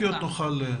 היא מדברת על פרטי מפוקח.